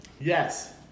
Yes